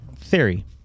theory